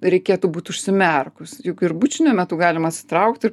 reikėtų būt užsimerkus juk ir bučinio metu galima atsitraukt ir